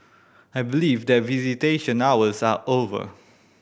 I believe that visitation hours are over